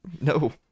No